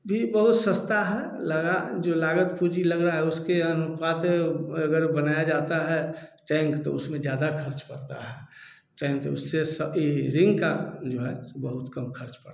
भी बहुत सस्ता है लगा जो लागत पूँजी लग रहा है उसके अनुपात में अगर बनाया जाता है टैंक तो उसमें ज्यादा खर्चा होता है टैंक उससे सभी रिंग का जो है बहुत कम खर्च पड़ता है